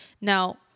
Now